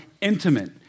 intimate